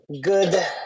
good